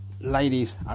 ladies